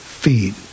feed